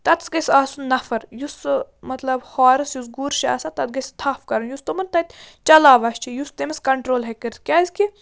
تَتھَس گَژھِ آسُن نَفَر یُس سُہ مطلب ہارَس یُس گُر چھُ آسان تَتھ گَژھِ تَھپھ کَرُن یُس تِمَن تَتہِ چَلاوان چھِ یُس تٔمِس کَنٹرٛول ہیٚکہِ کٔرِتھ کیٛازِکہِ